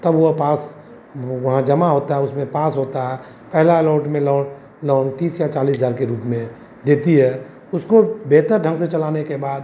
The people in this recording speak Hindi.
तब वह पास वह वहाँ जमा होता है उसमें पास होता है पहला अलाउट में लोन लोन तीस या चालीस हज़ार के रूप में देती है उसको बेहतर ढंग से चलाने के बाद